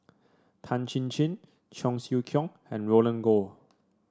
Tan Chin Chin Cheong Siew Keong and Roland Goh